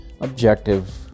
objective